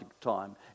time